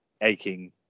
aching